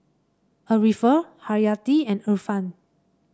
Arifa Haryati and Irfan